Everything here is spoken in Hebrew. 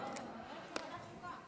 להחזיר את אמון הציבור במערכות אכיפת החוק.